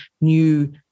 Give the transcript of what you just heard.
new